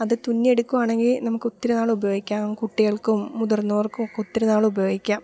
അത് തുന്നിയെടുക്കുകയാണെങ്കില് നമുക്കൊത്തിരി നാള് ഉപയോഗിക്കാം കുട്ടികൾക്കും മുതിർന്നവർക്കുമൊക്ക ഒത്തിരി നാള് ഉപയോഗിക്കാം